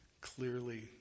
clearly